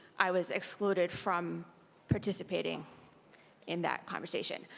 i was excluded from participating in that conversation.